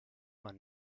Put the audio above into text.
man